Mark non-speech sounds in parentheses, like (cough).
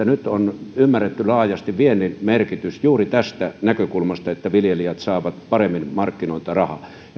(unintelligible) nyt on ymmärretty laajasti viennin merkitys juuri tästä näkökulmasta että viljelijät saavat paremmin markkinoilta rahaa